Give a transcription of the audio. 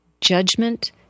judgment